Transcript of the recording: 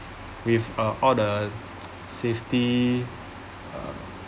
with a all the safety uh